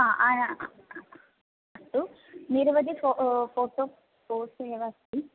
हा अस्तु निरवगि फो फ़ोटोफोर्स् एव अस्ति